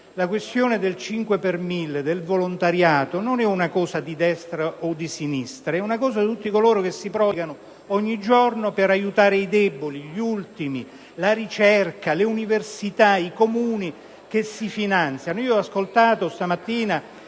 la questione del 5 per mille, del volontariato, non è di destra o di sinistra, ma riguarda tutti coloro che si prodigano ogni giorno per aiutare i deboli, gli ultimi, la ricerca, le università, i Comuni che si finanziano. Questa mattina